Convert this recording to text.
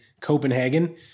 Copenhagen